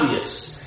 obvious